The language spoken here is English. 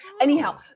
Anyhow